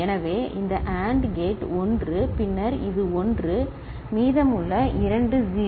எனவே இந்த AND gate 1 பின்னர் இது 1 மீதமுள்ள இரண்டு 0